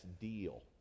deal